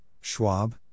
Schwab